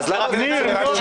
אז אותו דבר פה.